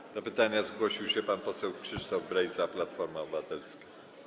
Do zadania pytania zgłosił się pan poseł Krzysztof Brejza, Platforma Obywatelska.